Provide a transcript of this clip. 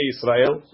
Israel